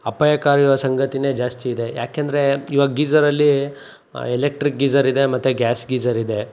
ಅಪಾಯಕಾರಿಯಿರುವ ಸಂಗತಿಯೇ ಜಾಸ್ತಿ ಇದೆ ಯಾಕೆಂದರೆ ಈವಾಗ ಗೀಝರಲ್ಲಿ ಎಲೆಕ್ಟ್ರಿಕ್ ಗೀಝರ್ ಇದೆ ಮತ್ತೆ ಗ್ಯಾಸ್ ಗೀಝರ್ ಇದೆ